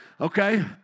Okay